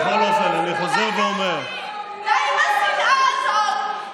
די עם השנאה הזאת.